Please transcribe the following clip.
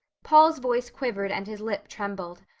paul's voice quivered and his lip trembled.